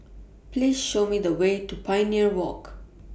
Please Show Me The Way to Pioneer Walk